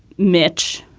mitch,